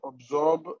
absorb